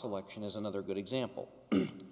selection is another good example